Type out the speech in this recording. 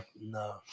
No